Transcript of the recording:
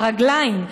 ברגליים,